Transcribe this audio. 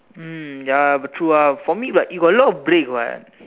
mm ya but true ah for me but you got a lot of break [what]